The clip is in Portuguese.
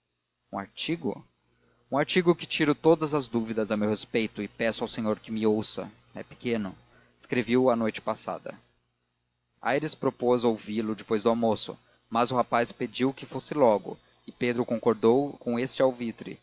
um artigo um artigo em que tiro todas as dúvidas a meu respeito e peço ao senhor que me ouça é pequeno escrevi o a noite passada aires propôs ouvi-lo depois do almoço mas o rapaz pediu que fosse logo e pedro concordou com este alvitre